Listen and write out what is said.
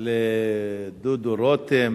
לדודו רותם